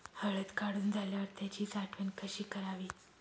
हळद काढून झाल्यावर त्याची साठवण कशी करावी?